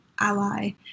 ally